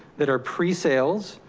that are presales,